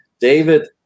David